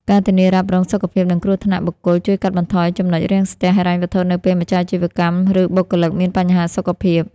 ការធានារ៉ាប់រងសុខភាព និងគ្រោះថ្នាក់បុគ្គល ជួយកាត់បន្ថយ ចំណុចរាំងស្ទះ ហិរញ្ញវត្ថុនៅពេលម្ចាស់អាជីវកម្ម ឬបុគ្គលិកមានបញ្ហាសុខភាព។